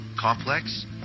Complex